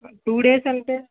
two days అంటే